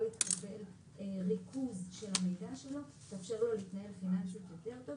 לקבל ריכוז של המידע שלו זה יאפשר לו להתנהל פיננסית יותר טוב,